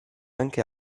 anche